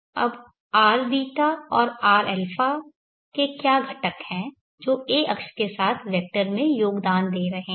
अब rβ और rα के क्या घटक हैं जो a अक्ष के साथ वेक्टर में योगदान दे रहे हैं